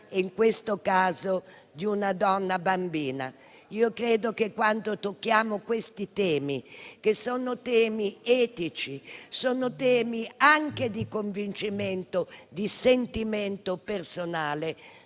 e, in questo caso, di una donna bambina. Credo che quando tocchiamo questi temi, che sono etici, anche di convincimento e di sentimento personale,